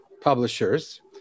publishers